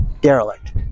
derelict